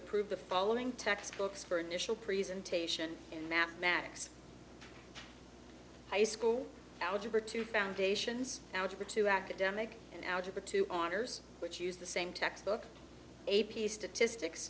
approve the following textbooks for initial presentation in mathematics high school algebra two foundations algebra two academic and algebra two honors which use the same textbook a p statistics